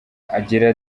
agira